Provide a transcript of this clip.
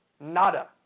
nada